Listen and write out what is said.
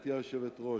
גברתי היושבת-ראש,